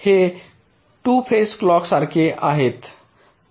हे 2 face clock सारखे आहे